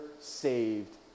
saved